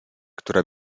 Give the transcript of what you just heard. która